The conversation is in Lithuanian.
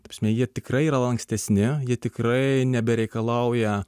ta prasme jie tikrai yra lankstesni jie tikrai nebereikalauja